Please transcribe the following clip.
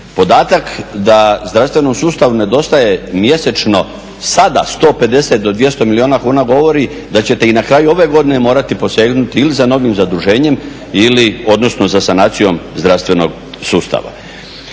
Podatak da zdravstvenom sustavu nedostaje mjesečno sada 150 do 200 milijuna kuna govori da ćete i na kraju ove godine morati posegnuti ili za novim zaduženjem odnosno za sanacijom zdravstvenog sustava.